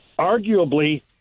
arguably